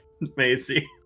Macy